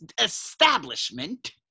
establishment